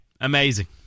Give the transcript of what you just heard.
Amazing